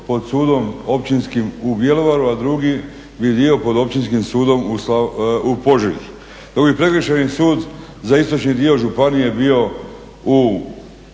pod sudom Općinskim u Bjelovaru, a drugi bi dio pod Općinskim sudom u Požegi, dok bi prekršajni sud za istočni dio županije bio u